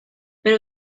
pero